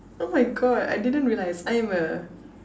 oh my God I didn't realize I'm a